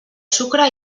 sucre